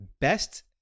best